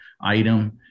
item